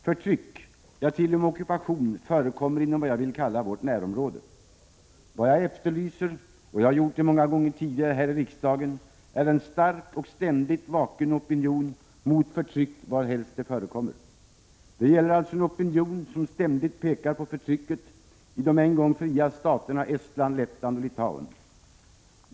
Förtryck — ja, t.o.m. ockupation —- förekommer inom det som jag vill kalla vårt närområde. Vad jag efterlyser — och jag har gjort det många gånger tidigare, bl.a. här i riksdagen — är en stark och ständigt vaken opinion mot förtryck varhelst det än förekommer. Det gäller alltså en opinion som ständigt pekar på förtrycket i de en gång fria staterna Estland, Lettland och Litauen.